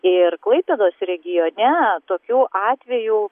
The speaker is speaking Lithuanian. ir klaipėdos regione tokių atvejų